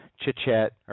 chit-chat